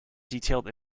detailed